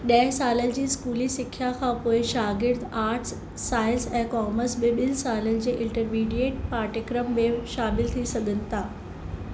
ॾह सालनि जी स्कूली सिख्या खां पोइ शागिर्द आर्टस साइंस ऐं कॉमर्स में ॿिनि सालनि जे इंटरमीडियट पाठ्यक्रम में शामिलु थी सघनि था